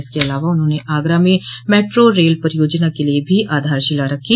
इसके अलावा उन्होंने आगरा में मेट्रो रेल परियोजना के लिये भी आधारशिला रखी